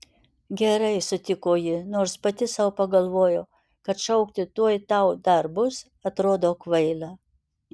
gerai sutiko ji nors pati sau pagalvojo kad šaukti tuoj tau dar bus atrodo kvaila